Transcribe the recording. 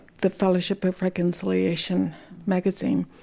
the fellowship of reconciliation magazine.